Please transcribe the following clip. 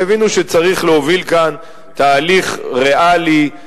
והבינו שצריך להוביל כאן תהליך ריאלי,